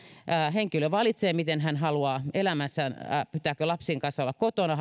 henkilö valitsee miten hän haluaa elämässään toimia haluaako olla lapsien kanssa kotona